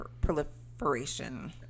proliferation